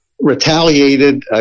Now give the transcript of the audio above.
retaliated